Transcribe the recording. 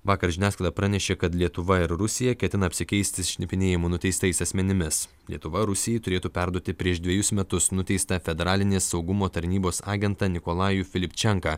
vakar žiniasklaida pranešė kad lietuva ir rusija ketina apsikeisti šnipinėjimo nuteistais asmenimis lietuva rusijai turėtų perduoti prieš dvejus metus nuteistą federalinės saugumo tarnybos agentą nikolajų filipčenką